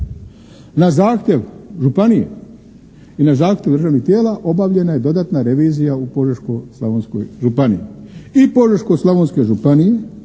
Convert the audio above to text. na zahtjev županije i na zahtjev državnih tijela obavljena je dodatna revizija u Požeško-slavonskoj županiji i Požeško-slavonske županije